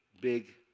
big